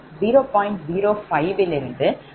05 லிருந்துYBus அணியை கண்டறிய வேண்டும்